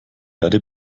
erde